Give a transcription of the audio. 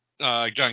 John